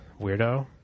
Weirdo